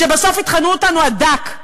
שבסוף יטחנו אותנו עד דק,